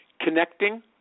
Connecting